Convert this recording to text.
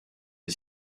est